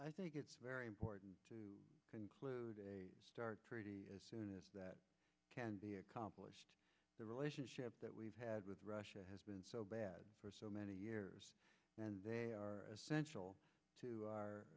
i think it's very important to include a start treaty that can be accomplished the relationship that we've had with russia has been so bad for so many years and they are essential to our